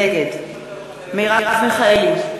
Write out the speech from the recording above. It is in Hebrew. נגד מרב מיכאלי,